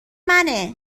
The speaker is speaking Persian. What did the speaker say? منه